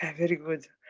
ah very good.